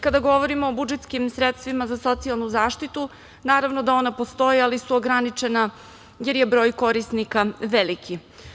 Kada govorimo o budžetskim sredstvima za socijalnu zaštitu, naravno da ona postoje, ali su ograničena jer je broj korisnika veliki.